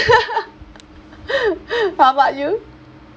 how about you